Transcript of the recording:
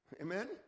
Amen